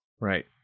Right